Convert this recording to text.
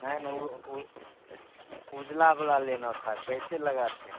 नहीं नहीं उजला वाला लेना था कैसे लगाते हैं